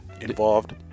involved